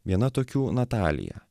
viena tokių natalija